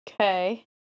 Okay